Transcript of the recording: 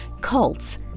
Cults